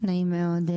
נעים מאוד,